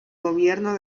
gobierno